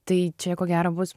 tai čia ko gero bus